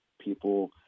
people –